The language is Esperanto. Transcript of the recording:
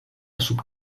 sub